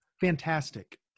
Fantastic